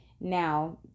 now